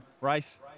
Race